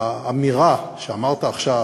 האמירה שאמרת עכשיו